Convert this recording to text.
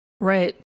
right